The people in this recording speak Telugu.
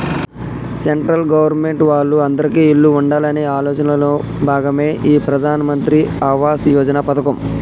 సెంట్రల్ గవర్నమెంట్ వాళ్ళు అందిరికీ ఇల్లు ఉండాలనే ఆలోచనలో భాగమే ఈ ప్రధాన్ మంత్రి ఆవాస్ యోజన పథకం